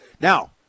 Now –